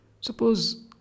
suppose